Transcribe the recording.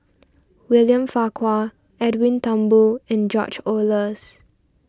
William Farquhar Edwin Thumboo and George Oehlers